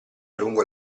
lungo